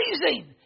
amazing